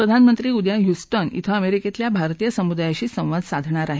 प्रधानमंत्री उद्या द्युस्टन िवे अमेरिकेतल्या भारतीय समुदायाशी संवाद साधणार आहेत